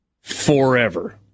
forever